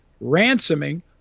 ransoming